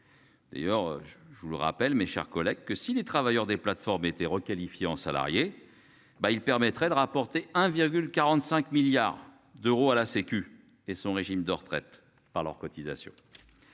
D'ailleurs je vous le rappelle, mes chers collègues, que si les travailleurs des plateformes été requalifiée en salariés ben il permettrait de rapporter 1,45 milliards d'euros à la Sécu et son régime de retraite par leurs cotisations.